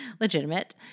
legitimate